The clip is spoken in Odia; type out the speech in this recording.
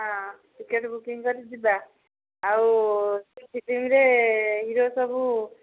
ହଁ ଟିକେଟ୍ ବୁକିଂ କରି ଯିବା ଆଉ ସେ ଫିଲ୍ମ'ରେ ହିରୋ ସବୁ